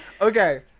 okay